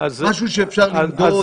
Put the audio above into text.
משהו שאפשר למדוד,